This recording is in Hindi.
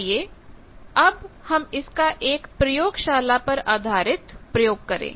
आइए अब हम इसका एक प्रयोगशाला पर आधारित प्रयोग करें